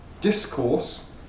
discourse